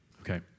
Okay